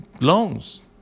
loans